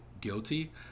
guilty